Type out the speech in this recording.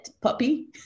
Puppy